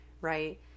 right